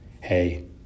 hey